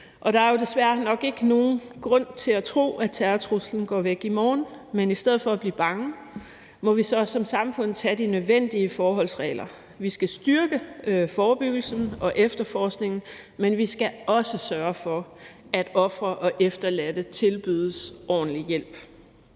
Der er jo desværre nok ikke nogen grund til at tro, at terrortruslen går væk i morgen; men i stedet for at blive bange må vi så som samfund tage de nødvendige forholdsregler. Vi skal styrke forebyggelsen og efterforskningen, men vi skal også sørge for, at ofre og efterladte tilbydes ordentlig hjælp.